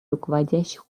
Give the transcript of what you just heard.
руководящих